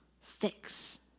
fix